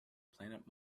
planet